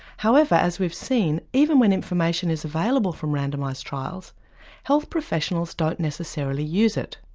however as we've seen even when information is available from randomised trials health professionals don't necessarily use it.